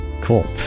cool